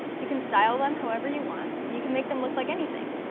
you can style them however you want, and you can make them look like anything.